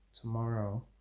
tomorrow